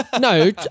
No